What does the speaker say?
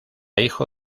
hijo